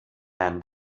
man